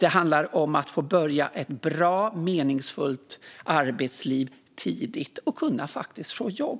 Det handlar om att få börja ett bra och meningsfullt arbetsliv tidigt och att faktiskt kunna få jobb.